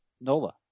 Nola